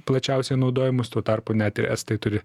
plačiausiai naudojamus tuo tarpu net ir estai turi